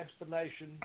explanation